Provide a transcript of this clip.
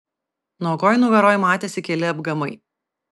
nuogoj nugaroj matėsi keli apgamai